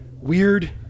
weird